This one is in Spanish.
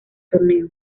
torneo